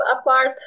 apart